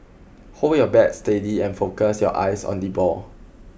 hold your bat steady and focus your eyes on the ball